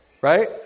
Right